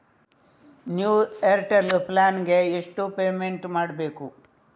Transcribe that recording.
New Airtel plan ಗೆ ಎಷ್ಟು payment ಮಾಡ್ಬೇಕು?